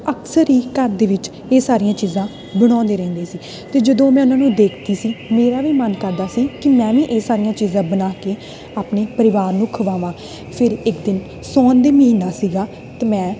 ਅਕਸਰ ਹੀ ਘਰ ਦੇ ਵਿੱਚ ਇਹ ਸਾਰੀਆਂ ਚੀਜ਼ਾਂ ਬਣਾਉਂਦੇ ਰਹਿੰਦੇ ਸੀ ਅਤੇ ਜਦੋਂ ਮੈਂ ਉਹਨਾਂ ਨੂੰ ਦੇਖਦੀ ਸੀ ਮੇਰਾ ਵੀ ਮਨ ਕਰਦਾ ਸੀ ਕਿ ਮੈਂ ਵੀ ਇਹ ਸਾਰੀਆਂ ਚੀਜ਼ਾਂ ਬਣਾ ਕੇ ਆਪਣੇ ਪਰਿਵਾਰ ਨੂੰ ਖਵਾਵਾਂ ਫਿਰ ਇੱਕ ਦਿਨ ਸਾਉਣ ਦਾ ਮਹੀਨਾ ਸੀਗਾ ਅਤੇ ਮੈਂ